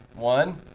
One